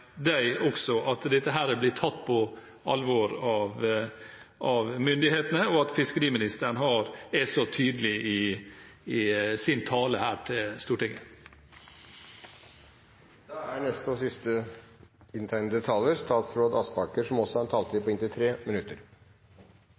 de fortjener at dette blir tatt på alvor av myndighetene, og at fiskeriministeren er så tydelig i sin tale her til Stortinget. Jeg vil takke for en god debatt om det som er en svært alvorlig, men også